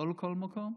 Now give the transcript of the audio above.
לא לכל מקום,